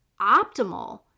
optimal